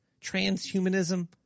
transhumanism